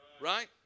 Right